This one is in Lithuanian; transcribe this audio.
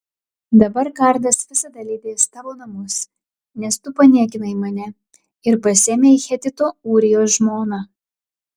dabar kardas visada lydės tavo namus nes tu paniekinai mane ir pasiėmei hetito ūrijos žmoną